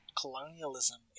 colonialism